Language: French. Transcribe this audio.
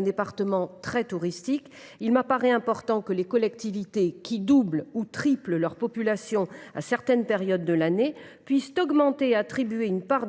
département très touristique, il me paraît important que des collectivités qui doublent ou triplent leur population à certaines périodes de l’année puissent augmenter leur taxe de séjour et en attribuer une part